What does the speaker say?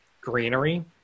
greenery